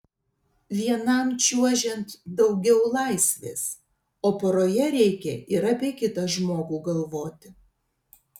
vienam čiuožiant daugiau laisvės o poroje reikia ir apie kitą žmogų galvoti